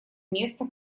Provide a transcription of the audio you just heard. место